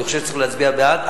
אני חושב שצריך להצביע בעד,